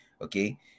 okay